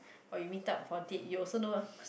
or you meet up for date you also know